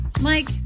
Mike